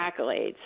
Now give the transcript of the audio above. accolades